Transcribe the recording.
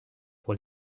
pour